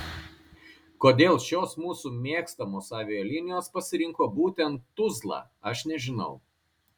kodėl šios mūsų mėgstamos avialinijos pasirinko būtent tuzlą aš nežinau